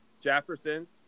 Jefferson's